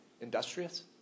Industrious